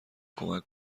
کمک